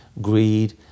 greed